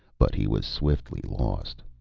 but he was swiftly lost.